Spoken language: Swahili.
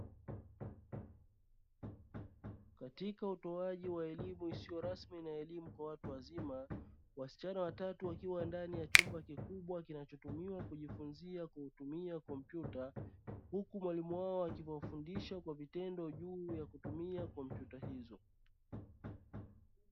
Katika utoaji wa elimu isiyo rasmi na elimu kwa watu wazima, wasichana watatu wakiwa ndani ya chumba kikubwa kinachotumiwa kujifunzia kwa kutumia kompyuta, huku mwalimu wao akiwafundisha kwa vitendo juu ya kutumia kompyuta hizo.